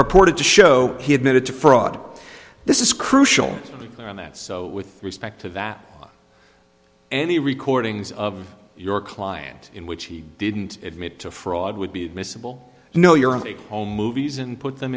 purported to show he admitted to fraud this is crucial and that so with respect to that any recordings of your client in which he didn't admit to fraud would be admissible know your and all movies and put them